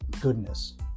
goodness